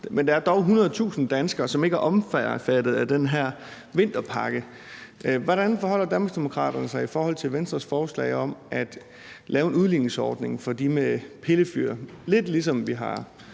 Der er dog 100.000 danskere, som ikke er omfattet af den her vinterpakke. Hvordan forholder Danmarksdemokraterne sig til Venstres forslag om at lave en udligningsordning for dem med pillefyr – lidt ligesom vi har